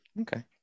Okay